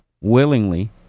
willingly